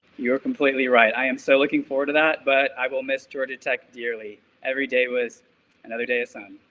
you're completely right, i am so looking forward to that, but i will miss georgia tech dearly, every day was another day of sun.